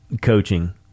coaching